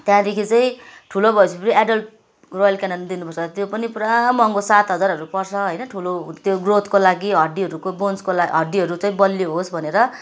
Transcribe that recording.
त्यहाँदेखि चाहिँ ठुलो भएपछि फेरि एडल्ट रोयल केनन दिनुपर्छ त्यो पनि पुरा महँगो सात हजारहरू पर्छ होइन ठुलो त्यो ग्रोथको लागि हड्डीहरूको बोन्सको हड्डीहरू चाहिँ बलियो होस् भनेर